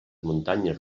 muntanyes